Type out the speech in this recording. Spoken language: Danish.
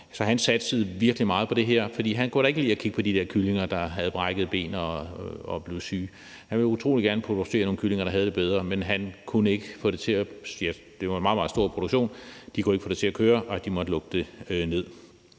Så han satsede virkelig meget på det her. Han kunne da ikke lide at kigge på de her kyllinger, der havde brækkede ben og blev syge. Han ville utrolig gerne producere nogle kyllinger, der havde det bedre, men han kunne ikke få det til at køre rundt. Det var